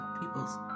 people's